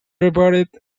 reported